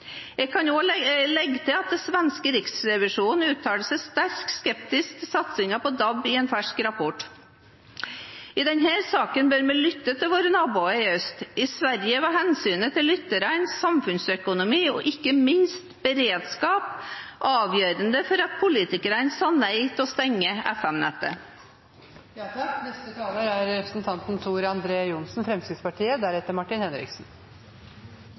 Jeg kan også legge til at den svenske riksrevisjonen uttaler seg sterkt skeptisk til satsingen på DAB i en fersk rapport. I denne saken bør vi lytte til våre naboer i øst. I Sverige var hensynet til lytterne, samfunnsøkonomi og ikke minst beredskap avgjørende for at politikerne sa nei til å stenge